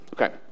Okay